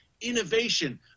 innovation